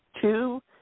two